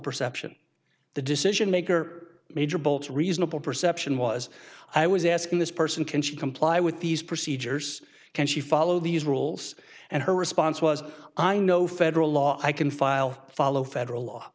perception the decision maker major bolts reasonable perception was i was asking this person can she comply with these procedures can she follow these rules and her response was i know federal law i can file follow federal law